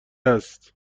است